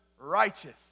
righteous